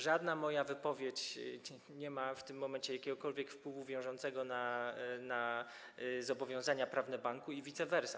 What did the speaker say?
Żadna moja wypowiedź nie ma w tym momencie jakiegokolwiek wpływu na zobowiązania prawne banku i vice versa.